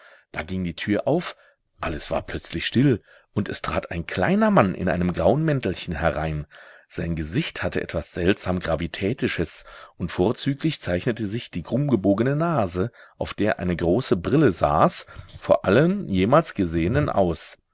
da ging die tür auf alles war plötzlich still und es trat ein kleiner mann in einem grauen mäntelchen herein sein gesicht hatte etwas seltsam gravitätisches und vorzüglich zeichnete sich die krummgebogene nase auf der eine große brille saß vor allen jemals gesehenen aus